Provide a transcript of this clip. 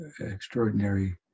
extraordinary